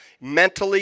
mentally